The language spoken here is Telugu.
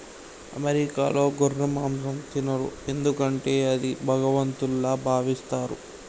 అమెరికాలో గొర్రె మాంసం తినరు ఎందుకంటే అది భగవంతుల్లా భావిస్తారు